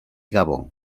gabón